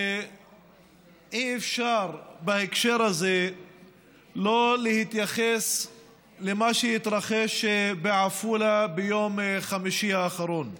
אי-אפשר בהקשר הזה שלא להתייחס למה שהתרחש בעפולה ביום חמישי האחרון.